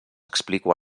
explico